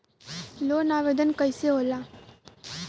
Loan आवेदन कैसे होला?